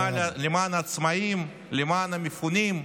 למען העצמאים, למען המפונים,